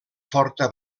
forta